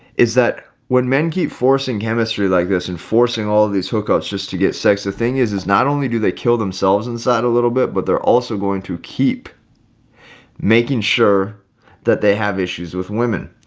is that when men keep forcing chemistry like this and forcing all of these hookups, just to get sex, the thing is, is not only do they kill themselves inside a little bit, but they're also going to keep making sure that they have issues with women.